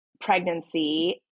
pregnancy